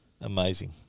Amazing